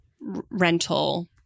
rental